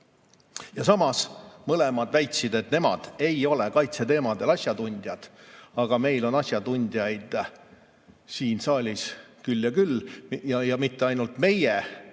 Ja samas mõlemad väitsid, et nemad ei ole kaitseteemadel asjatundjad. Aga meil on asjatundjaid siin saalis küll ja küll ja mitte ainult meie